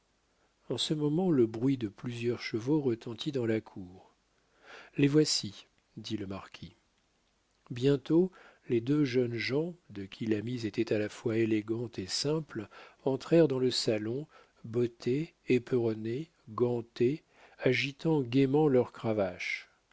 en ce moment le bruit de plusieurs chevaux retentit dans la cour les voici dit le marquis bientôt les deux jeunes gens de qui la mise était à la fois élégante et simple entrèrent dans le salon bottés éperonnés gantés agitant gaiement leur cravache